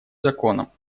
законом